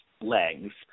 legs –